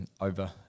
over